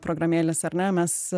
programėlės ar ne mes